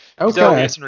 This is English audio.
Okay